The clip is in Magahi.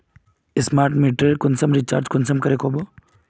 स्मार्ट मीटरेर कुंसम रिचार्ज कुंसम करे का बो?